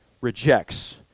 rejects